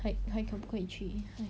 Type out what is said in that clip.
还还可不可以去